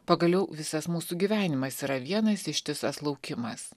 pagaliau visas mūsų gyvenimas yra vienas ištisas laukimas